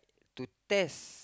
to test